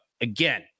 again